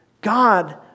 God